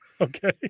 Okay